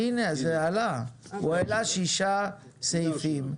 הנה, הוא העלה שישה סעיפים,